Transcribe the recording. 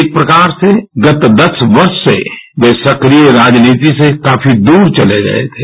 एक प्रकार से गत दस वर्ष से ये सक्रिय राजनीति से काफी दूर चले गये थे